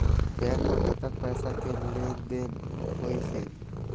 Bank म कतक पैसा के लेन देन होइस हे?